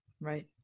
Right